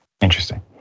Interesting